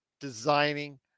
designing